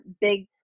big